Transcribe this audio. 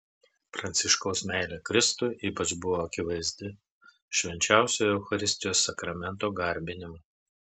pranciškaus meilė kristui ypač buvo akivaizdi švenčiausiojo eucharistijos sakramento garbinimu